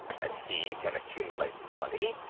and he can accumulate money.